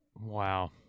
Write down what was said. wow